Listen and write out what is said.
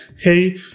hey